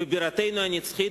בבירתנו הנצחית,